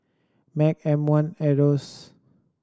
MAG M One Asos